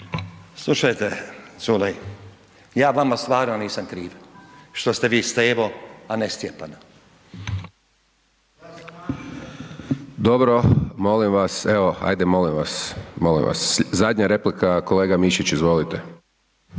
Slušajte, Culej. Ja vama stvarno nisam kriv što ste vi Stevo, a ne Stjepan. **Hajdaš Dončić, Siniša (SDP)** Dobro, molim vas. Evo, ajde, molim vas. Molim vas, zadnja replika, kolega Mišić, izvolite.